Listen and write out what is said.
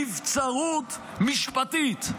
נבצרות משפטית.